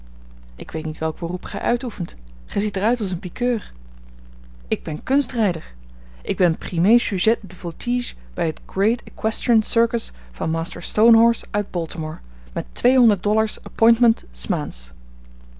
ik weet niet welk beroep gij uitoefent gij ziet er uit als een piqueur ik ben kunstrijder ik ben premier sujet de voltige bij het great equestrian circus van master stonehorse uit baltimore met tweehonderd dollars appointement s maands